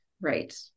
Right